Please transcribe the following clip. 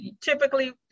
typically